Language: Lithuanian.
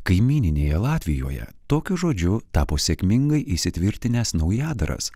kaimyninėje latvijoje tokiu žodžiu tapo sėkmingai įsitvirtinęs naujadaras